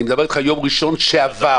אני מדבר על יום ראשון שעבר.